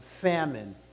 famine